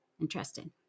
Interesting